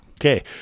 Okay